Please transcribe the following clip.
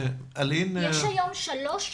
אלין --- יש היום שלוש חלופות